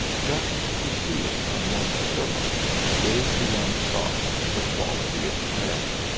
just to see it from one's pillow gave to one's thoughts the quality of prayer.